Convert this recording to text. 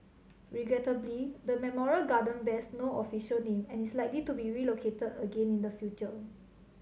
regrettably the memorial garden bears no official name and is likely to be relocated again in the future